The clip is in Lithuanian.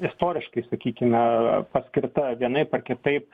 istoriškai sakykime paskirta vienaip ar kitaip